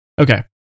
Okay